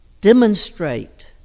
demonstrate